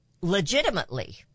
legitimately